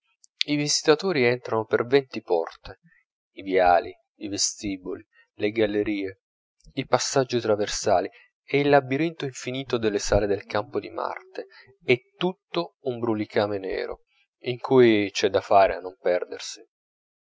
i visitatori entrano per venti porte i viali i vestiboli le gallerie i passaggi traversali e il labirinto infinito delle sale del campo di marte è tutto un brulicame nero in cui c'è da fare a non perdersi